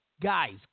guys